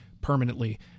permanently